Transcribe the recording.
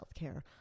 healthcare